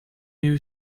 new